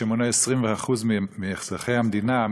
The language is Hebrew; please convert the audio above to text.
שמונה 20% מאזרחי המדינה,